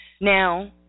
Now